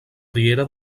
riera